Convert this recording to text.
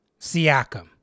Siakam